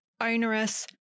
onerous